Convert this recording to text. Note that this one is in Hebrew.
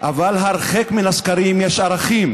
אבל הרחק מן הסקרים יש ערכים,